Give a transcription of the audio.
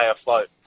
afloat